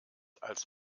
als